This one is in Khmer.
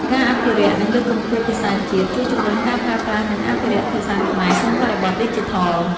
ការអភិរក្ស និងលើកកម្ពស់ភាសាជាតិ ជួយជំរុញការប្រើប្រាស់ និងអភិរក្សភាសាខ្មែរក្នុងបរិបទឌីជីថល។